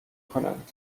کنند